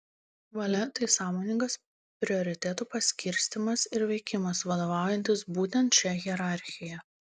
valia tai sąmoningas prioritetų paskirstymas ir veikimas vadovaujantis būtent šia hierarchija